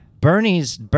Bernie's